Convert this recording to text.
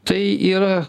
tai yra